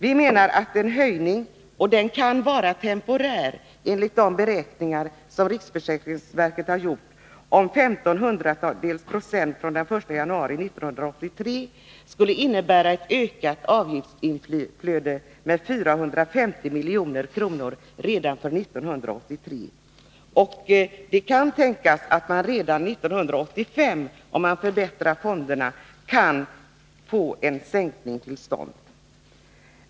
Vi menar att en höjning — och den kan vara temporär, enligt de beräkningar som riksförsäkringsverket har gjort — med 0,15 96 från den 1 januari 1983 skulle innebära ett ökat avgiftsinflöde med 450 milj.kr. redan 1983. Det kan tänkas att man, om man förbättrar fonderna, redan 1985 kan få en sänkning till stånd.